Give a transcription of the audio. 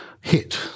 hit